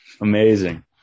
amazing